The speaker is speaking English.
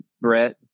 brett